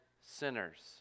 sinners